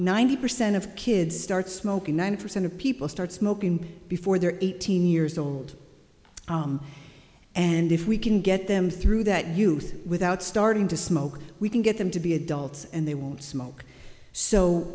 ninety percent of kids start smoking ninety percent of people start smoking before they're eighteen years old and if we can get them through that youth without starting to smoke we can get them to be adults and they won't smoke so